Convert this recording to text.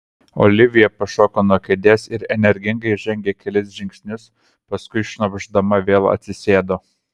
olivija pašoko nuo kėdės ir energingai žengė kelis žingsnius paskui šnopšdama vėl atsisėdo